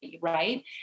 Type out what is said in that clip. right